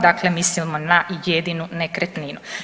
Dakle, mislimo na jedinu nekretninu.